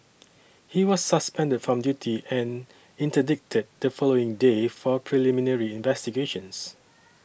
he was suspended from duty and interdicted the following day for preliminary investigations